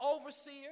overseer